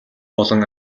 болон